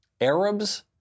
Arabs